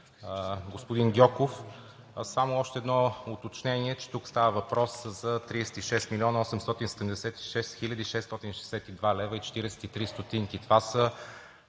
господин Гьоков! Само още едно уточнение, че тук става въпрос за 36 млн. 876 хил. 662 лв. 43 стотинки.